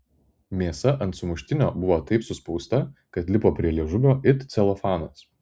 mėsa ant sumuštinio buvo taip suspausta kad lipo prie liežuvio it celofanas